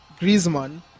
Griezmann